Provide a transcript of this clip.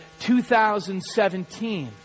2017